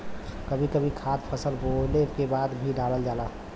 कभी कभी खाद फसल बोवले के बाद भी डालल जाला